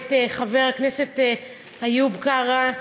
את חבר הכנסת איוב קרא,